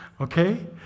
okay